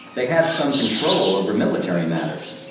they had some control over military matters.